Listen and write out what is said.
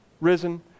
risen